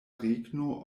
regno